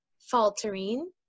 faltering